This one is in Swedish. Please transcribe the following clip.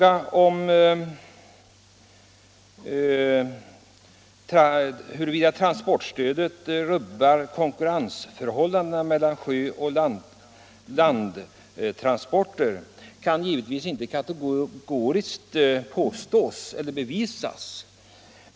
Att transportstödet rubbar konkurrensförhållandena mellan sjötransporter och landtransporter kan givetvis inte kategoriskt påstås eller bevisas.